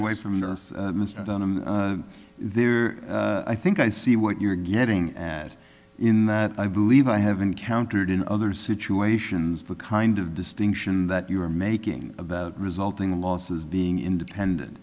away from there i think i see what you're getting at in that i believe i have encountered in other situations the kind of distinction that you're making of the resulting losses being independent